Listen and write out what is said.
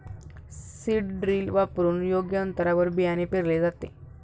seed drill वापरून योग्य अंतरावर बियाणे पेरले जाते